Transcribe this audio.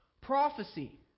Prophecy